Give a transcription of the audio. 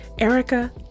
Erica